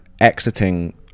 exiting